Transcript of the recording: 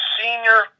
senior